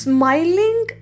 Smiling